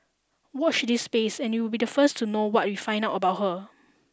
watch this space and you'll be the first to know what we find out about her